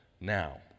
now